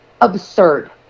absurd